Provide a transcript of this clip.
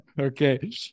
Okay